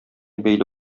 бәйле